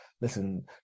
Listen